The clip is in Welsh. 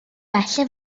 well